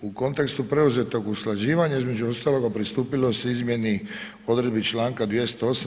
U kontekstu preuzetog usklađivanja, između ostalog, pristupilo se izmjeni odredbi čl. 208.